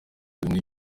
bimwe